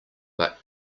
but